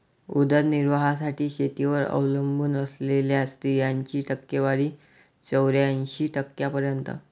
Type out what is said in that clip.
उदरनिर्वाहासाठी शेतीवर अवलंबून असलेल्या स्त्रियांची टक्केवारी चौऱ्याऐंशी टक्क्यांपर्यंत